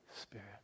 Spirit